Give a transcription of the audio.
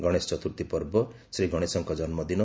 ଗଣେଶଚତୁର୍ଥୀ ପର୍ବ ଶ୍ରୀଗଣେଶଙ୍କ ଜନ୍ମଦିନ